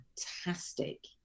fantastic